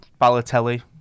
Balotelli